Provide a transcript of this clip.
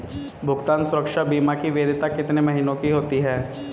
भुगतान सुरक्षा बीमा की वैधता कितने महीनों की होती है?